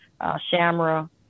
shamra